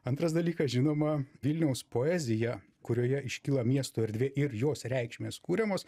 antras dalykas žinoma vilniaus poezija kurioje iškyla miesto erdvė ir jos reikšmės kuriamos